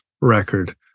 record